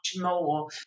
more